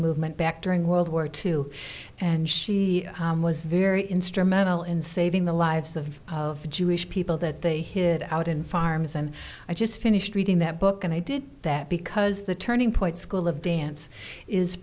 movement back during world war two and she was very instrumental in saving the lives of jewish people that they hid out in farms and i just finished reading that book and i did that because the turning point school of dance is